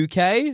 UK